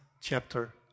chapter